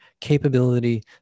capability